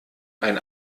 ein